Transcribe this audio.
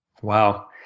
Wow